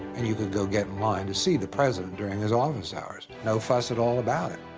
and you could go get in line to see the president during his office hours. no fuss at all about it.